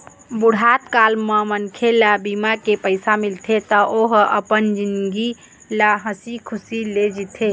बुढ़त काल म मनखे ल बीमा के पइसा मिलथे त ओ ह अपन जिनगी ल हंसी खुसी ले जीथे